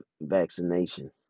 vaccination